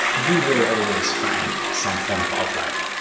you will always find some form of outlier,